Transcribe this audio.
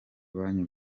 banki